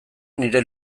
nire